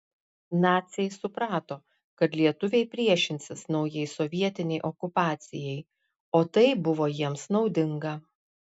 naciai suprato kad lietuviai priešinsis naujai sovietinei okupacijai o tai buvo jiems naudinga